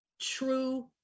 true